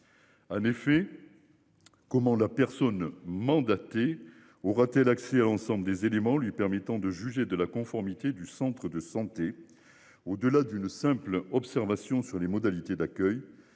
En effet. Comment la personne mandatée aura-t-elle accès à l'ensemble des éléments lui permettant de juger de la conformité du Centre de santé au delà d'une simple observation sur les modalités d'accueil.